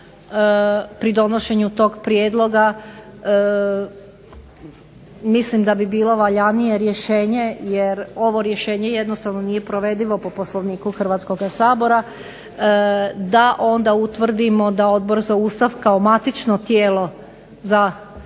pri donošenju tog prijedloga mislim da bi bilo valjanije rješenje jer ovo rješenje jednostavno nije provedivo po Poslovniku Hrvatskoga sabora, da onda utvrdimo da Odbor za Ustav kao matično tijelo za Zakon